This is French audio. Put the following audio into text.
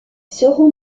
seront